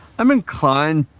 i'm inclined.